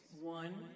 one